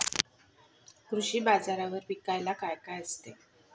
कृषी बाजारावर विकायला काय काय असते?